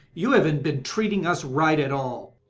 you haven't been treating us right at all.